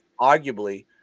Arguably